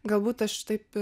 galbūt aš taip